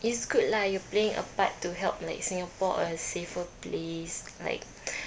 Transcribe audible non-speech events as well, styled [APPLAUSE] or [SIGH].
it's good lah you playing a part to help like singapore a safer place like [NOISE]